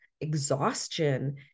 exhaustion